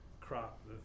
crop